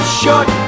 short